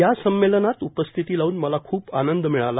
या संमेलनात उपस्थिती लाव्न मला खूप आनंद मिळाला